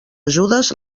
ajudes